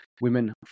women